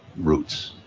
roots.